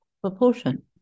proportion